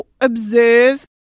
observe